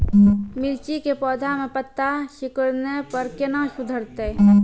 मिर्ची के पौघा मे पत्ता सिकुड़ने पर कैना सुधरतै?